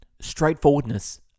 Straightforwardness